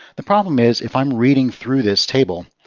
the problem is if i'm reading through this table,